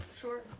Sure